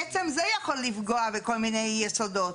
עצם זה יכול לפגוע בכל מיני יסודות.